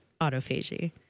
autophagy